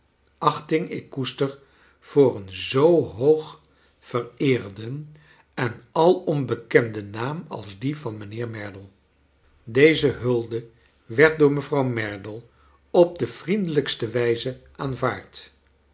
ik koester voor een zoo hoog vereerden en alom bekenden naam als dien van mijnheer merdle deze hulde werd door mevrouw merdle op de vriendelijkste wijze aanvaard